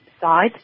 side